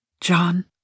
John